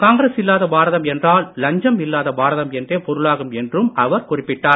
காங்கிரஸ் இல்லாத பாரதம் என்றால் லஞ்சம் இல்லாத பாரதம் என்றே பொருளாகும் என்றும் அவர் குறிப்பிட்டார்